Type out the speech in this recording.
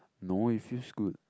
no it feels good